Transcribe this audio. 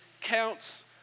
counts